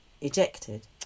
ejected